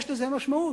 יש לזה משמעות.